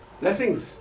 blessings